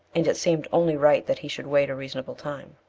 and it seemed only right that he should wait a reasonable time.